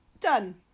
Done